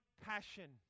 passion